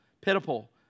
pitiful